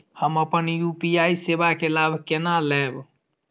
हम अपन यू.पी.आई सेवा के लाभ केना लैब?